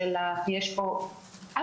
יש פה סיכון לגוף שלך.